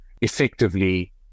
effectively